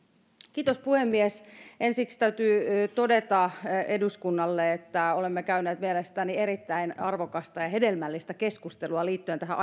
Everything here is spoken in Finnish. minuuttia puhemies ensiksi täytyy todeta eduskunnalle että olemme käyneet mielestäni erittäin arvokasta ja hedelmällistä keskustelua liittyen tähän